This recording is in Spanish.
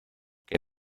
que